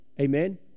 Amen